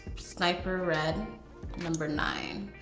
sniper red number nine.